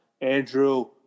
Andrew